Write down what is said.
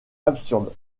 absurde